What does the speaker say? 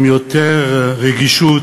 עם יותר רגישות,